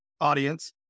audience